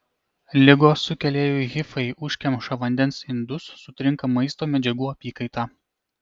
ligos sukėlėjų hifai užkemša vandens indus sutrinka maisto medžiagų apykaita